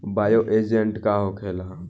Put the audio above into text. Bio agent का होखेला?